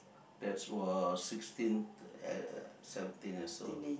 that was sixteen uh seventeen years old